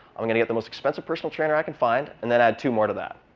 i'm going to get the most expensive personal trainer i can find. and then add two more to that.